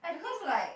I think like